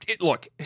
look